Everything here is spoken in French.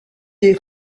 des